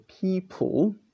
people